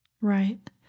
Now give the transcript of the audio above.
Right